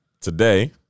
today